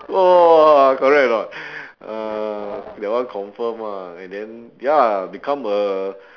!wah! correct or not uh that one confirm ah and then ya become a